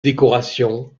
décoration